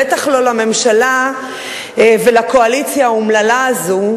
בטח לא לממשלה ולקואליציה האומללה הזאת,